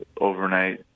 overnight